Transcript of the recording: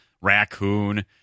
raccoon